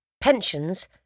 Pensions